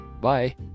Bye